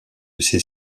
ces